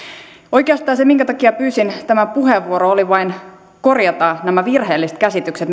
oikeastaan syy siihen minkä takia pyysin tämän puheenvuoron oli vain korjata nämä virheelliset käsitykset